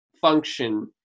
function